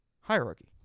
hierarchy